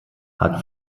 hat